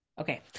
Okay